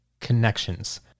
connections